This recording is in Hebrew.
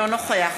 אינו נוכח